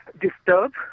disturb